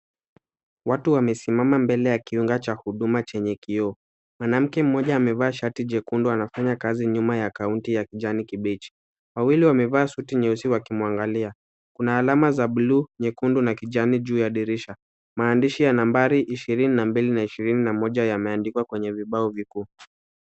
Watu wamesimama mbele ya kiunga cha huduma chenye kioo. Mwanamke mmoja amevaa shati jekundu anafanya kazi nyuma ya kaunta ya kijani kibichi wawili wamevaa shati nyeusi wakimwangalia. Kuna alama za bluu, nyekundu na kijani juu ya dirisha. Maandishi ya nambari 22 na 21 yameandikwa kwenye vibao vikuu.